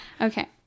Okay